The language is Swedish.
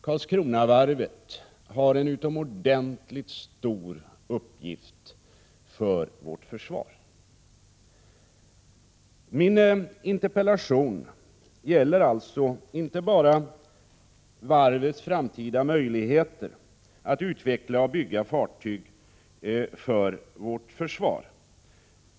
Karlskronavarvet har en utomordentligt stor uppgift för vårt försvar. Min interpellation gäller även varvets framtida möjligheter att utveckla och bygga fartyg för vårt försvar.